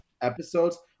Episodes